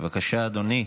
בבקשה, אדוני.